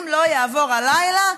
אם לא יעבור הלילה,